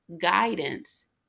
guidance